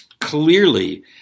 clearly